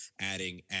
adding